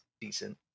decent